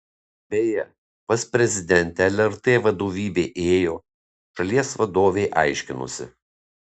beje pas prezidentę lrt vadovybė ėjo šalies vadovei aiškinosi